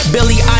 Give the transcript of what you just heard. Billy